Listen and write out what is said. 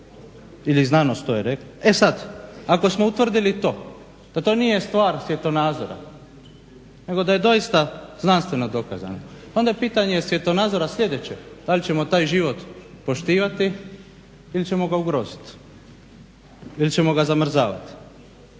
ili znanost to je rekla. E sad, ako smo utvrdili to da to nije stvar svjetonazora nego da je doista znanstveno dokazano onda je pitanje svjetonazora sljedeće: da li ćemo taj život poštivati ili ćemo ga ugroziti, ili ćemo ga zamrzavati